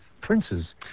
princes